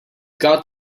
got